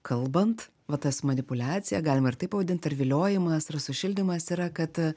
kalbant va tas manipuliacija galima ir taip pavadint ir viliojimas ir sušildymas yra kad